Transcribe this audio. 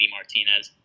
Martinez